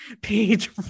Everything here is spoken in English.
page